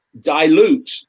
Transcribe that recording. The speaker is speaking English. dilute